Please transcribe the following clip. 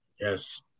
Yes